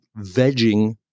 vegging